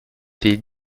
des